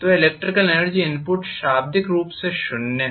तो electrical energy input शाब्दिक रूप से शून्य है